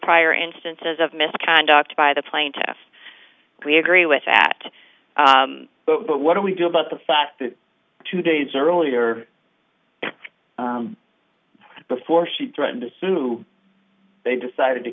prior instances of misconduct by the plaintiff we agree with that but what do we do about the fact that two days earlier before she threatened to sue they decided to